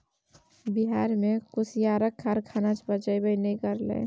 बिहार मे कुसियारक कारखाना बचबे नै करलै